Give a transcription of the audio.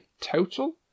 total